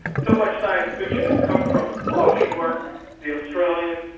so much science fiction has come from offshore the australians,